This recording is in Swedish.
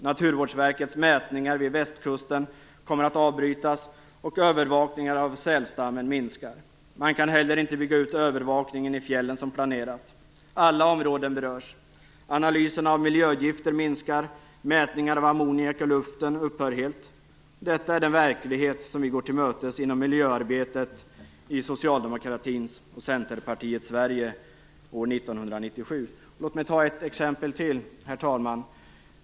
Naturvårdsverkets mätningar vid västkusten kommer att avbrytas, och övervakningen av sälstammen minskar. Man kan inte heller bygga ut övervakningen i fjällen som planerat. Alla områden berörs. Analysen av miljögifter minskar, och mätningar av ammoniak i luften upphör helt. Detta är den verklighet vi går till mötes inom miljöarbetet i socialdemokratins och Centerpartiets Sverige år 1997. Låt mig ta ett exempel till, herr talman.